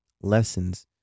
Lessons